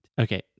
Okay